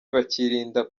bakirinda